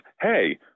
hey